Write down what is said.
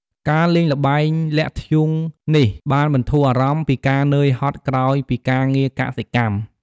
ការលេងល្បែងលាក់ធ្យូងនេះ បានបន្ធូរអារម្មណ៍ ពីការនឿយហត់ក្រោយពីការងារកសិកម្ម។